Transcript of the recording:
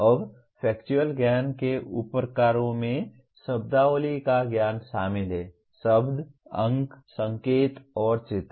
अब फैक्चुअल ज्ञान के उपप्रकारों में शब्दावली का ज्ञान शामिल है शब्द अंक संकेत और चित्र